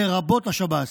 לרבות השב"ס.